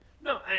No